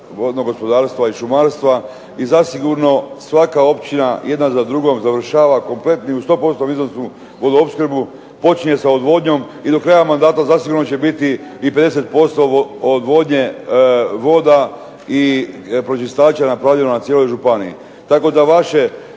vodnog gospodarstva i šumarstva, i zasigurno svaka općina, jedna za drugom završava kompletnim, u …/Govornik se ne razumije se./… vodoopskrbu, počinje sa odvodnjom, i do kraja mandata zasigurno će biti i 50% odvodnje voda i pročistača napravljeno na cijeloj županiji. Tako da vaše